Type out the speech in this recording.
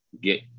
Get